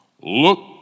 Look